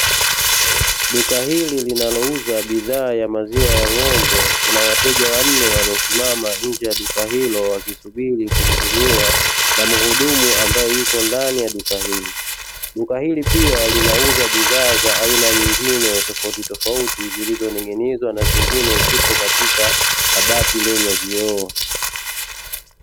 Duka hili linalouza bidhaa ya maziwa ya ng'ombe kuna wateja wanne waliosimama nje ya duka hilo wakisubiri kuhudumiwa na mhudumu ambaye yuko ndani ya duka hili, duka hili pia linauza bidhaa za aina nyingine tofauti tofauti zilizoning'izwa na zingine zipo katika kabati lenye vioo.